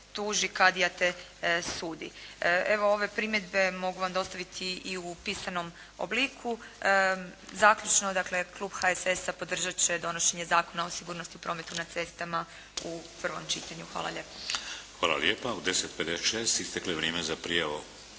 tuži, kadia te sudi. Evo, ove primjedbe mogu vam dostaviti i u pisanom obliku. Zaključno dakle, Klub HSS-a podržati će držanje donošenje Zakona o sigurnosti o prometa na cestama u prvom čitanju. Hvala lijepa. **Šeks, Vladimir (HDZ)** Hvala lijepa. U 10 i 56 isteklo je vrijeme za prijavu